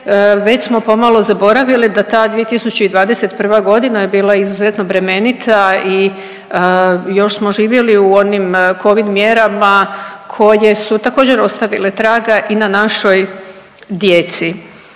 već smo pomalo zaboravili da ta 2021. je bila izuzetno bremenita i još smo živjeli u onim Covid mjerama koje su također ostavile traga i na našoj djeci.